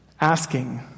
asking